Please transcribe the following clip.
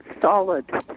solid